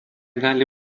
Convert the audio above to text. gali